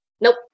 Nope